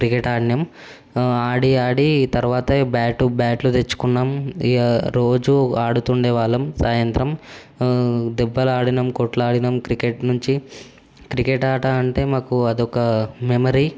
cricket ఆడినెం ఆడి ఆడి తరువాత బ్యాటు బ్యాట్లు తెచ్చుకున్నాం ఇక రోజు ఆడుతుండే వాళ్ళం సాయంత్రం దెబ్బలాడినం కొట్లాడినం క్రికెట్ నుంచి క్రికెట్ ఆట అంటే మాకు అదొక మెమరీ